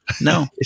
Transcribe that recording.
No